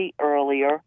earlier